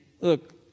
look